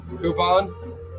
coupon